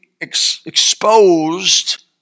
exposed